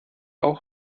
auch